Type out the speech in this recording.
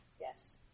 Yes